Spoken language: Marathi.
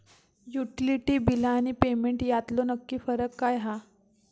युटिलिटी बिला आणि पेमेंट यातलो नक्की फरक काय हा?